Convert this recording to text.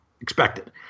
expected